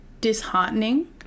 disheartening